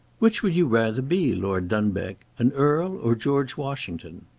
which would you rather be, lord dunbeg? an earl or george washington?